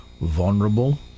vulnerable